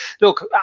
look